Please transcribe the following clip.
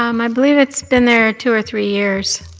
um i believe it's been there two or three years.